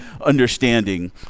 understanding